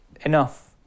enough